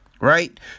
Right